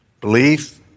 belief